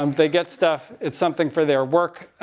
um they get stuff, it's something for their work.